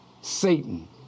Satan